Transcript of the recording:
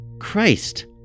Christ